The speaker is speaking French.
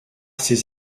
ces